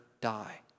die